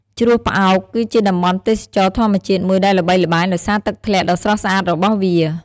ជ្រោះផ្អោក គឺជាតំបន់ទេសចរណ៍ធម្មជាតិមួយដែលល្បីល្បាញដោយសារទឹកធ្លាក់ដ៏ស្រស់ស្អាតរបស់វា។